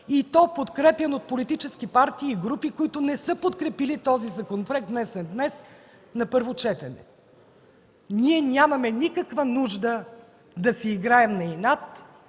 и то подкрепян от политически партии и групи, които не са подкрепили този законопроект, внесен днес на първо четене. Ние нямаме никаква нужда да си играем на инат,